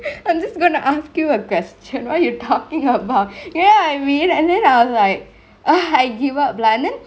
I'm just gonna ask you a question what you talkingk about you know what I mean and then I was like ah I give up lah and then